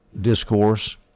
discourse